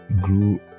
grew